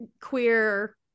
queer